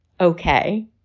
okay